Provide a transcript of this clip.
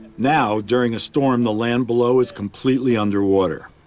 now, during a storm, the land below is completely underwater.